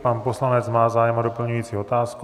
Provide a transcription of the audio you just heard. Pan poslanec má zájem o doplňující otázku?